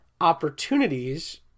Opportunities